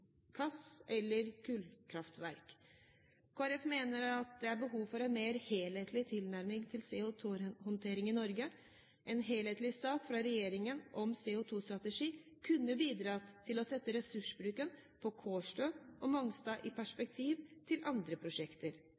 gass- eller kullkraftverk. Kristelig Folkeparti mener at det er behov for en mer helhetlig tilnærming til CO2-håndtering i Norge. En helhetlig sak fra regjeringen om CO2-strategi kunne bidratt til å sette ressursbruken på Kårstø og Mongstad i perspektiv til andre prosjekter.